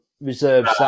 reserves